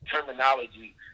terminology